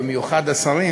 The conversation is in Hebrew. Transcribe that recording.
במיוחד השרים,